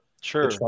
sure